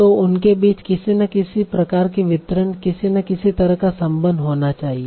तो उनके बीच किसी न किसी प्रकार के वितरण किसी न किसी तरह का संबंध होना चाहिए